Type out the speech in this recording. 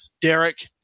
derek